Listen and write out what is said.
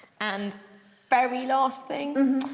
and very last thing,